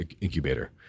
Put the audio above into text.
incubator